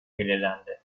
belirlendi